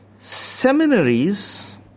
Seminaries